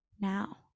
now